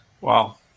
Wow